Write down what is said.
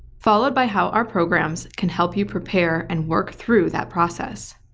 followed by how our programs can help you prepare and work through that process,